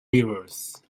rivers